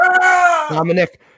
Dominic